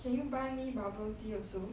can you buy me bubble tea also